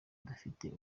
dufitiye